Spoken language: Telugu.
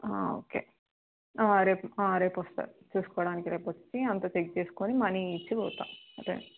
ఓకే రేపు వస్తాను చూసుకోవడానికి రేపు వచ్చి అంతా చెక్ చేసుకొని మనీ ఇచ్చి పోతాను ఓకే